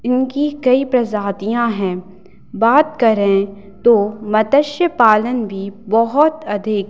इनकी कई प्रजातियाँ हैं बात करें तो मतस्य पालन भी बहुत अधिक